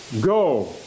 go